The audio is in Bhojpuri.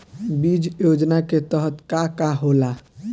बीज योजना के तहत का का होला?